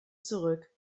zurück